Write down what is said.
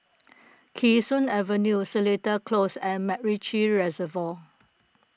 Kee Sun Avenue Seletar Close and MacRitchie Reservoir